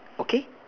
okay